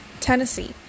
Tennessee